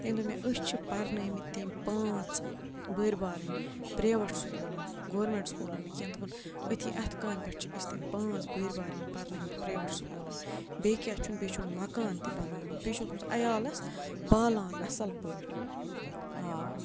تٔمۍ دوٚپ مےٚ أسۍ چھِ پَرنٲومٕتۍ تٔمۍ پانٛژھ بٔرۍ بارٕنۍ پرٛیوٮ۪ٹ سکوٗلَن گورمٮ۪نٛٹ سکوٗلَن نہٕ کیٚنٛہہ دوٚپُن أتھی اَتھٕ کامہِ پٮ۪ٹھ چھِ أسۍ تٔمۍ پانٛژھ بٔرۍ بارٕنۍ پَرنٲومٕتۍ پرٛیوٮ۪ٹ سکوٗلَن بیٚیہِ کیٛاہ چھُنہٕ بیٚیہِ چھُنہٕ مَکان تہِ بَنوومُت بیٚیہِ چھُ اوسمُت عَیالَس پالان اَصٕل پٲٹھۍ آ